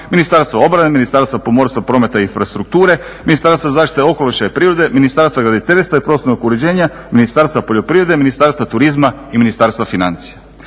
Ministarstva obrane, Ministarstva pomorstva, prometa i infrastrukture, Ministarstva zaštite okoliša i prirode, Ministarstva graditeljstva i prostornog uređenja, Ministarstva poljoprivrede, Ministarstva turizma i Ministarstva financija.